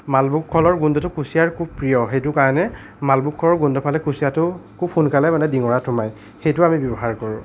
মালভোগ কলৰ গোন্ধটো কুচীয়াৰ খুব প্ৰিয় সেইটো কাৰণে মালভোগ কলৰ গোন্ধ পালে কুচীয়াটো খুব সোনকালে মানে ডিঙৰাত সোমায় সেইটো আমি ব্যৱহাৰ কৰোঁ